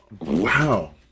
Wow